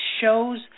shows